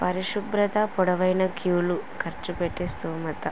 పరిశుభ్రత పొడవైన క్యూలు ఖర్చు పెట్టె స్తోమత